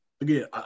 again